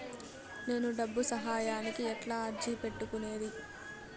నేను డబ్బు సహాయానికి ఎట్లా అర్జీ పెట్టుకునేది?